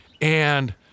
and-